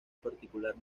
particular